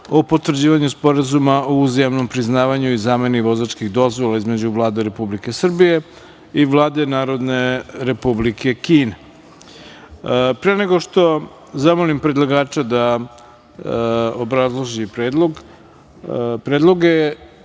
o potvrđivanju Sporazuma o uzajamnom priznavanju i zameni vozačkih dozvola između Vlade Republike Srbije i Vlade Narodne Republike Kine. Pre nego što zamolim predlagača da obrazloži predloge ja